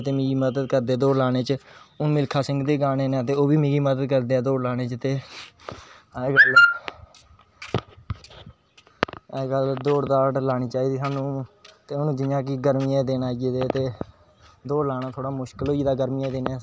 तसवीरां इस तरां दियां तसवीरां होर फिर में अज़ें तक पेंटिंग करना मिगी बड़ा इ पसंद ऐ एह् सिर्फ मेरा हा कि में स्कूल च इन्नी अच्छी तरां सखाया गेआ ओह्दे बाद फिर मेरा जेह्ड़ा अपना शौंक पैदा होईया उसी में छड्डेआ नी